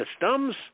systems